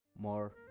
more